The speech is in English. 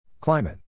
Climate